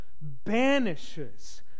banishes